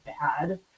bad